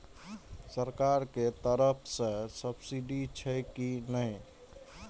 सरकार के तरफ से सब्सीडी छै कि नहिं?